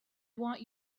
want